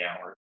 hours